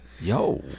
Yo